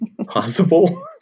possible